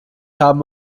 haben